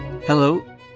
Hello